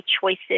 choices